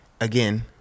again